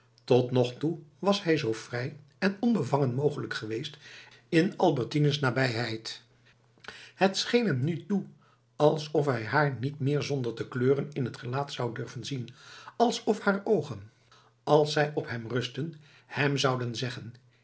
tot nog toe was hij zoo vrij en onbevangen mogelijk geweest in albertines nabijheid het scheen hem nu toe alsof hij haar niet meer zonder te kleuren in het gelaat zou durven zien alsof haar oogen als zij op hem rustten hem zouden zeggen